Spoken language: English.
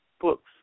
books